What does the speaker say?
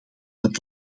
het